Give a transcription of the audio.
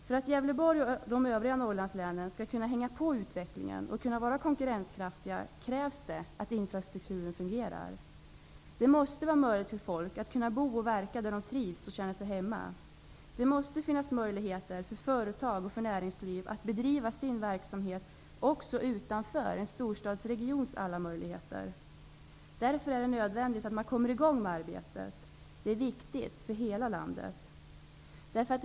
För att Gävleborg och de övriga Norrlandslänen skall kunna haka på utvecklingen och kunna vara konkurrenskraftiga krävs det att infrastrukturen fungerar. Det måste vara möjligt för människor att bo och verka där de trivs och känner sig hemma. Det måste finnas möjligheter för företag och för näringsliv att bedriva sin verksamhet också utanför en storstadsregion med alla dess möjligheter. Därför är det nödvändigt att man kommer i gång med arbetet. Det är viktigt för hela landet.